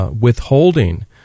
withholding